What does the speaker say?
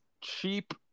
cheap